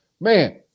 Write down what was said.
Man